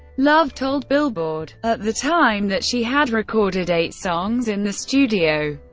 love told billboard at the time that she had recorded eight songs in the studio.